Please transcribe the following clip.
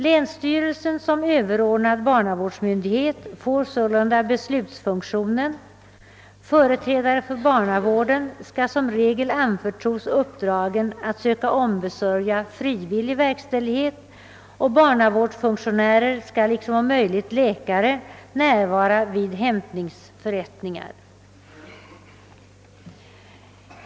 Länsstyrelsen som över ordnad barnavårdsmyndighet får sålunda beslutsfunktionen, företrädare för barnavården skall som regel anförtros uppdragen att söka ombesörja frivillig verkställighet, och barnavårdsfunktionärer skall, liksom om möjligt läkare, närvara vid hämtningsförrättningar.